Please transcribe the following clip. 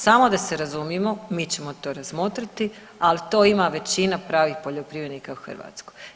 Samo da se razumijemo mi ćemo to razmotriti, ali to ima većina pravih poljoprivrednika u Hrvatskoj.